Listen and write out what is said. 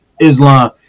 Islam